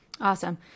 Awesome